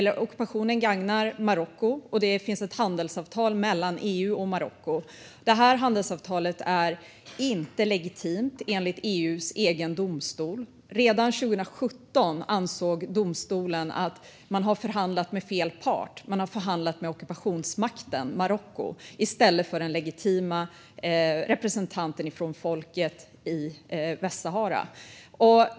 Ockupationen gagnar Marocko, och det finns ett handelsavtal mellan EU och Marocko. Det här handelsavtalet är inte legitimt, enligt EU:s egen domstol. Redan 2017 ansåg domstolen att man har förhandlat med fel part. Man har förhandlat med ockupationsmakten Marocko i stället för den legitima representanten för folket i Västsahara.